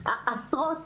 בכל ועדה בה ישבנו,